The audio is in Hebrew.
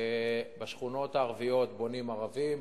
ובשכונות הערביות בונים ערבים,